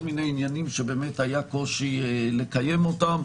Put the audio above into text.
מיני עניינים שבאמת היה קושי לקיים אותם.